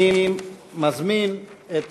אני מזמין את